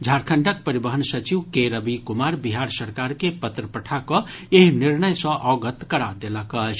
झारखंडक परिवहन सचिव के रवि कुमार बिहार सरकार के पत्र पठा कऽ एहि निर्णय सँ अवगत करा देलक अछि